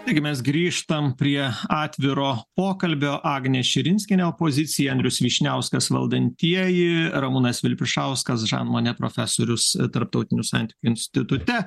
taigi mes grįžtam prie atviro pokalbio agnė širinskienė opozicija andrius vyšniauskas valdantieji ramūnas vilpišauskas žanmonė profesorius tarptautinių santykių institute